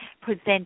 present